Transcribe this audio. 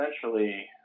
essentially